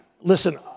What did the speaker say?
Listen